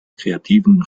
kreativen